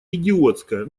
идиотская